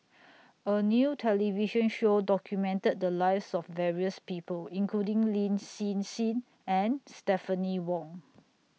A New television Show documented The Lives of various People including Lin Hsin Hsin and Stephanie Wong